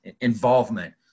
involvement